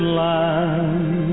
land